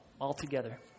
altogether